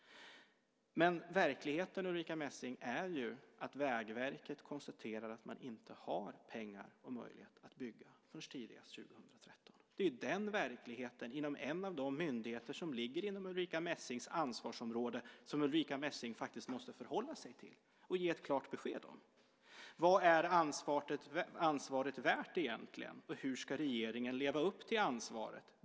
Men verkligheten, Ulrica Messing, är ju att Vägverket konstaterar att man inte har pengar och möjlighet att bygga förrän tidigast 2013. Det är ju den verkligheten, inom en av de myndigheter som ligger inom Ulrica Messings ansvarsområde, som Ulrica Messing faktiskt måste förhålla sig till och ge ett klart besked om. Vad är ansvaret egentligen värt? Och hur ska regeringen leva upp till ansvaret?